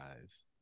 eyes